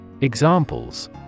Examples